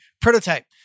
prototype